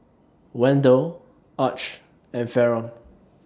Wendell Arch and Faron